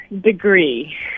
degree